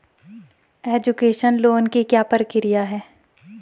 Education loan की क्या प्रक्रिया है?